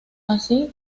así